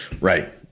Right